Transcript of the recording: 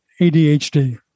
ADHD